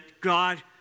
God